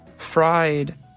Fried